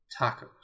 tacos